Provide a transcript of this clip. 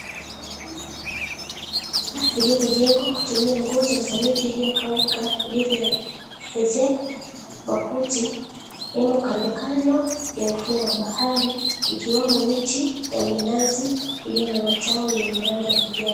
Nyumba lililojengwa kutumia nguzo za miti iliyokauka ilivyoezekwa makuti imo kandokando ya ufuo wa bahari ikiwemo miti ya minazi iliyo na matawi yenye rangi ya kijani.